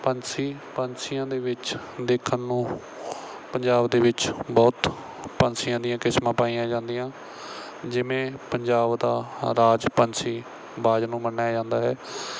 ਪੰਛੀ ਪੰਛੀਆਂ ਦੇ ਵਿੱਚ ਦੇਖਣ ਨੂੰ ਪੰਜਾਬ ਦੇ ਵਿੱਚ ਬਹੁਤ ਪੰਛੀਆਂ ਦੀਆਂ ਕਿਸਮਾਂ ਪਾਈਆਂ ਜਾਂਦੀਆਂ ਜਿਵੇਂ ਪੰਜਾਬ ਦਾ ਰਾਜ ਪੰਛੀ ਬਾਜ ਨੂੰ ਮੰਨਿਆ ਜਾਂਦਾ ਹੈ